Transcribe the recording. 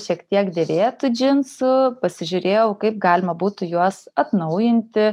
šiek tiek dėvėtų džinsų pasižiūrėjau kaip galima būtų juos atnaujinti